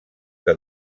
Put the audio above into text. que